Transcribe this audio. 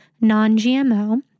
non-GMO